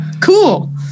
cool